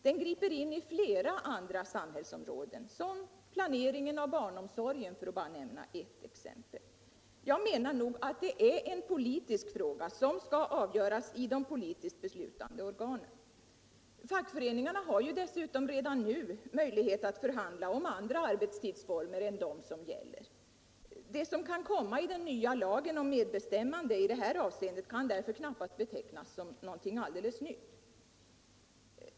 Den griper in i flera andra samhällsområden — som planeringen av barnomsorgen, för att bara nämna ett exempel. Jag menar att det är en politisk fråga, som skall avgöras av de politiskt beslutande organen. Fackföreningarna har ju dessutom redan nu möjligheter att förhandla om andra arbetstidsformer än de som gäller. Det som kan komma i den nya lagen om medbestämmande i detta avseende kan därför knappast betecknas som någonting alldeles nytt.